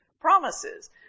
promises